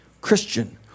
Christian